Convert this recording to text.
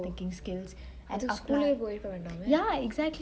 oh இதுக்கு:ithuku school லெ போய்ருக்க வேண்டாமெ:le poiruke vendaame